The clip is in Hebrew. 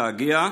להגיע.